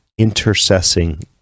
intercessing